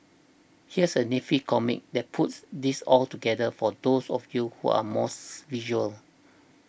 here's a nifty comic that puts this all together for those of you who are mores s visual